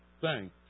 Thanks